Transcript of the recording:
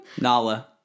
Nala